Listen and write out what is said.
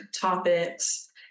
topics